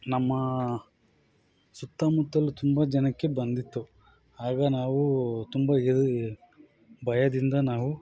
ನಮ್ಮ ಸುತ್ತಮುತ್ತಲು ತುಂಬ ಜನಕ್ಕೆ ಬಂದಿತ್ತು ಆಗ ನಾವು ತುಂಬ ಹೆದರಿ ಭಯದಿಂದ ನಾವು